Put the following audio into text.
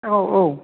औ औ